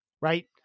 right